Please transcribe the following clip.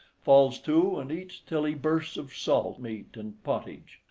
falls to and eats till he bursts, of salt meat and pottage.